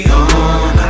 on